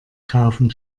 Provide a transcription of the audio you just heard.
kaufen